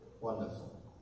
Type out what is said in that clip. Wonderful